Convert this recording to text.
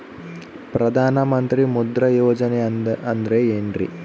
ಪ್ರಧಾನ ಮಂತ್ರಿ ಮುದ್ರಾ ಯೋಜನೆ ಅಂದ್ರೆ ಏನ್ರಿ?